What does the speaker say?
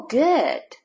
good